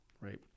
right